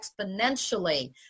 exponentially